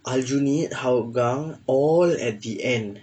aljunied hougang all at the end